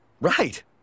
Right